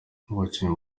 abakinnyi